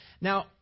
Now